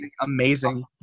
amazing